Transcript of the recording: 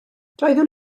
doeddwn